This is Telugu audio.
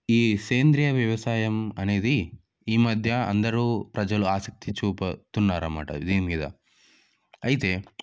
ఈ సేంద్రీయ వ్యవసాయం అనేది ఈ మధ్య అందరూ ప్రజలు ఆసక్తి చూపుతున్నారన్నామట దీని మీద అయితే